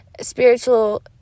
spiritual